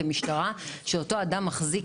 כמשטרה שאותו אדם מחזיק,